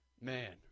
man